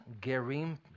Gerim